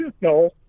no